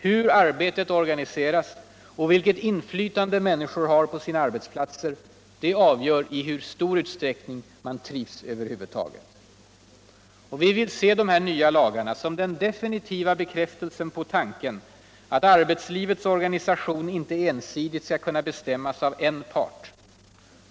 Hur arbetet organiseras och vilket inflytande människor har på sina arbetsplatser avgör i hög grad hur man trivs över huvud taget. Vi vill se de nva lagarna som den definitiva bekräftelsen på tanken att arbetslivets organisation inte ensidigt skall kunna bestämmas av en part.